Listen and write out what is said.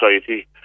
society